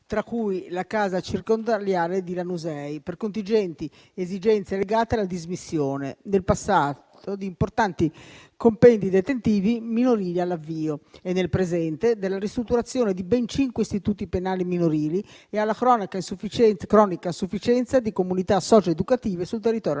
tra cui la casa circondariale di Lanusei, per contingenti esigenze legate alla dismissione, nel passato, di importanti compendi detentivi minorili all'avvio, e nel presente, della ristrutturazione di ben cinque istituti penali minorili e alla cronica insufficienza di comunità socioeducative sul territorio nazionale.